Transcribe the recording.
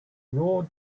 raw